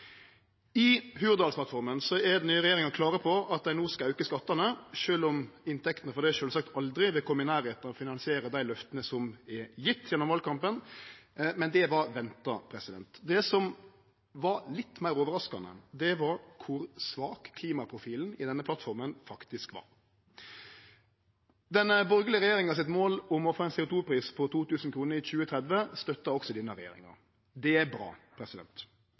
er den nye regjeringa klar på at ho no skal auke skattane, sjølv om inntektene frå det sjølvsagt aldri vil kome i nærleiken av å finansiere dei løfta som vart gjevne gjennom valkampen, men det var venta. Det som var litt meir overraskande, var kor svak klimaprofilen i denne plattforma faktisk vart. Den borgarlege regjeringa sitt mål om å få ein CO 2 -pris på 2 000 kr i 2030, støttar også denne regjeringa. Det er bra.